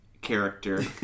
character